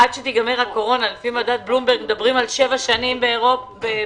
עד שתיגמר הקורונה לפי מדד בלומברג מדברים על שבע שנים בעולם,